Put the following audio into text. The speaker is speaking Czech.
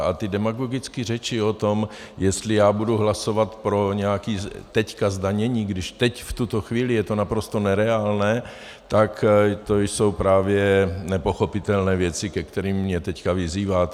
A ty demagogické řeči o tom, jestli já budu hlasovat pro nějaké teď zdanění, když teď v tuto chvíli je to naprosto nereálné, tak to jsou právě nepochopitelné věci, ke kterým mě teď vyzýváte.